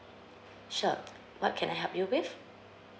sure what can I help you with